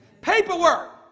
Paperwork